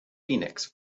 phoenix